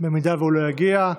אם הוא לא יגיע,